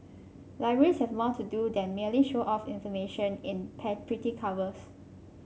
libraries have more to do than merely show off information in pretty covers